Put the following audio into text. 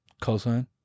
Cosine